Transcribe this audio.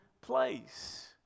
place